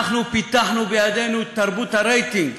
אנחנו פיתחנו בידינו את תרבות הרייטינג: